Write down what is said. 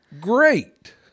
Great